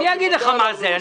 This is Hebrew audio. אגיד לך מה זה.